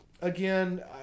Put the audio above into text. again